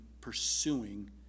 pursuing